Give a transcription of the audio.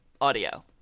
audio